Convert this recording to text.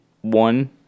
one